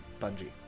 Bungie